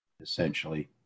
essentially